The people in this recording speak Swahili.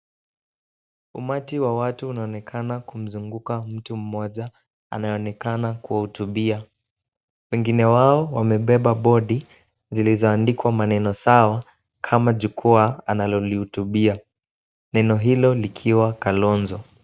Umati wa watu unaonekana kumzunguka mtu mmoja, anayeonekana kuwahutubia. Wengine wao wamebeba bodi zilizoandikwa maneno sawa kama jukwaa analolihutubia. Neno hilo likiwa Kalonzo.